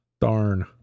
darn